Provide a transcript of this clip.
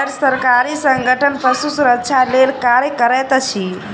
गैर सरकारी संगठन पशु सुरक्षा लेल कार्य करैत अछि